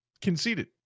conceded